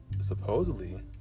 supposedly